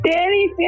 Danny